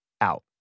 out